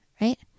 right